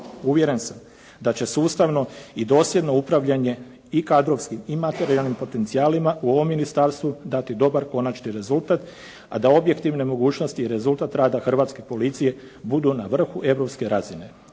Uvjeren sam da će sustavno i dosljedno upravljanje i kadrovskim i materijalnim potencijalima u ovom ministarstvu dati dobar konačni rezultat, a da objektivne mogućnosti i rezultat rada Hrvatske policije budu na vrhu europske razine.